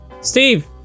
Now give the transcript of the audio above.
Steve